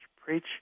preach